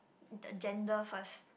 the gender first